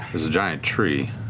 there's a giant tree.